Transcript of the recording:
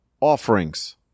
offerings